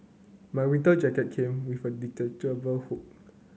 my winter jacket came with a detachable hood